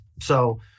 so-